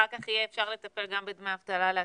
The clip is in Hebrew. אחר כך יהיה אפשר לטפל גם בדמי אבטלה לעצמאיים.